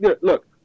Look